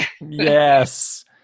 Yes